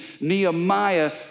Nehemiah